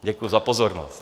Děkuji za pozornost.